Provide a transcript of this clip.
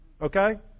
Okay